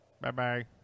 Bye-bye